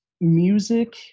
music